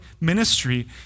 ministry